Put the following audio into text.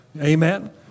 Amen